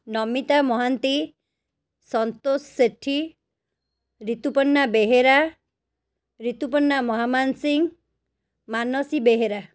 ନମିତା ମହାନ୍ତି ସନ୍ତୋଷ ସେଠି ଋତୁପର୍ଣ୍ଣା ବେହେରା ଋତୁପର୍ଣ୍ଣା ମହାମାନସିଂ ମାନସୀ ବେହେରା